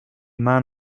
man